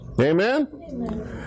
Amen